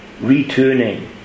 returning